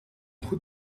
goed